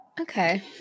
Okay